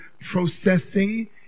processing